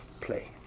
play